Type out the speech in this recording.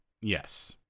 Yes